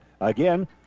Again